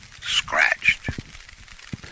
scratched